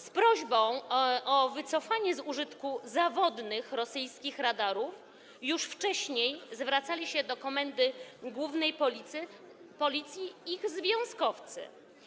Z prośbą o wycofanie z użytku zawodnych rosyjskich radarów już wcześniej zwracali się do Komendy Głównej Policji ich związkowcy.